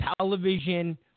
television